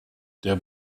der